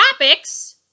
Topics